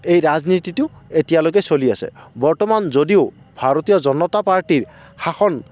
এই ৰাজনীতিটো এতিয়ালৈকে চলি আছে বৰ্তমান যদিও ভাৰতীয় জনতা পাৰ্টিৰ শাসন